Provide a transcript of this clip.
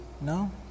no